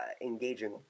engaging